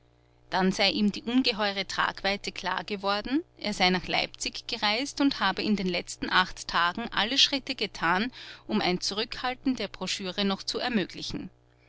dann sei ihm die ungeheure tragweite klar geworden er sei nach leipzig gereist und habe in den letzten acht tagen alle schritte getan um ein zurückhalten der broschüre noch zu ermöglichen